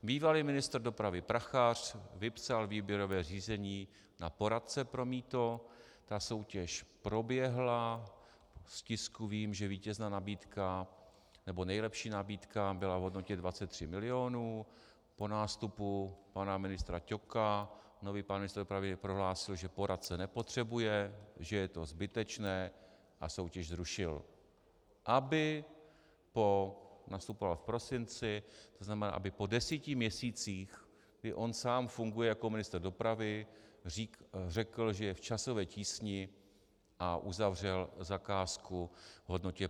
Bývalý ministr dopravy Prachař vypsal výběrové řízení na poradce pro mýto, ta soutěž proběhla, z tisku vím, že vítězná nabídka nebo nejlepší nabídka byla v hodnotě 23 milionů, po nástupu pana ministra Ťoka nový pan ministr dopravy prohlásil, že poradce nepotřebuje, že je to zbytečné, a soutěž zrušil, aby po nastupoval v prosinci, to znamená aby po deseti měsících, kdy on sám funguje jako ministr dopravy, řekl, že je v časové tísni, a uzavřel zakázku v hodnotě 52 milionů.